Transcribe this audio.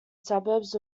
suburbs